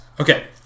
Okay